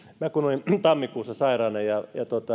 minä kun olin tammikuussa sairaana ja